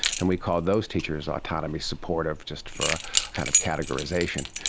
and we called those teachers autonomy supportive, just for kind of categorisation.